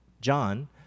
John